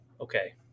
Okay